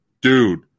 Dude